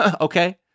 Okay